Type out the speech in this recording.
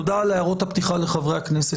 תודה על הערות הפתיחה לחברי הכנסת.